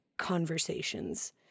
conversations